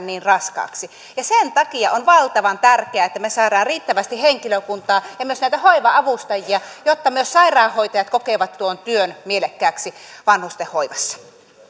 niin raskaaksi sen takia on valtavan tärkeää että me saamme riittävästi henkilökuntaa ja myös näitä hoiva avustajia jotta myös sairaanhoitajat kokevat tuon työn mielekkääksi vanhustenhoivassa